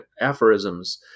aphorisms